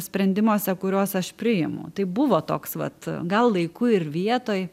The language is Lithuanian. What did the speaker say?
sprendimuose kuriuos aš priimu tai buvo toks vat gal laiku ir vietoj